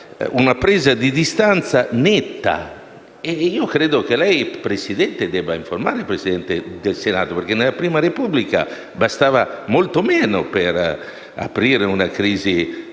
una presa di distanza netta. Presidente, credo che lei debba informare il Presidente del Senato, perché nella prima Repubblica bastava molto meno per aprire una crisi